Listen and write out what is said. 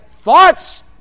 Thoughts